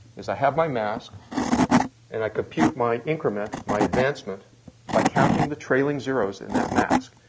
is i have my mask and i compute my increment, my advancement by counting the trailing zeros in that mask.